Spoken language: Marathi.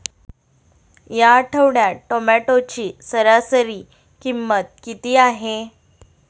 या आठवड्यात टोमॅटोची सरासरी किंमत किती आहे?